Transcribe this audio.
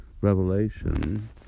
Revelation